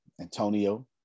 Antonio